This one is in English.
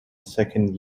second